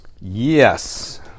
yes